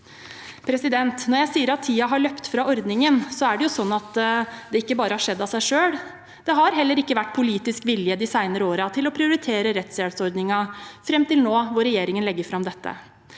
innsparinger. Når jeg sier at tiden har løpt fra ordningen, så er det ikke slik at det bare har skjedd av seg selv. Det har heller ikke vært politisk vilje de senere årene til å prioritere rettshjelpsordningen, fram til nå, hvor regjeringen legger fram dette.